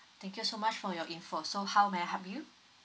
thank you so much for your info so how may I help you